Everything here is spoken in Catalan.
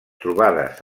trobades